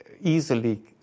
easily